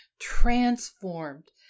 transformed